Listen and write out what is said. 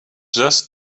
just